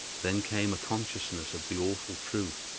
then came a consciousness of the awful truth,